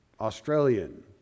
Australian